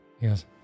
Yes